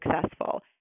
successful